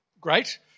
great